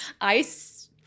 ice